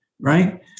right